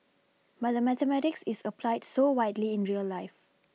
but mathematics is applied so widely in real life